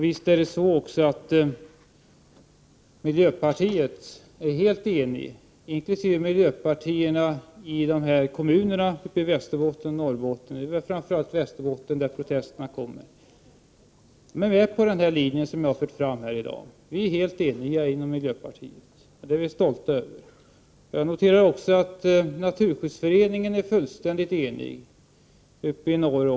Visst är vi inom miljöpartiet helt eniga. Detsamma gäller miljöpartierna i kommunerna i Västerbotten och Norrbotten, framför allt i Västerbotten varifrån protesterna kommer. De är med på den linje som jag har talat för i dag. Vi är alltså helt eniga inom miljöpartiet, och det är vi stolta över. Jag noterar också att Naturskyddsföreningen är fullständigt enig, även uppe i norr.